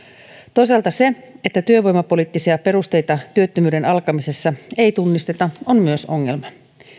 toisaalta se että työvoimapoliittisia perusteita työttömyyden alkamisessa ei tunnisteta on myös ongelma